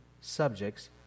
subjects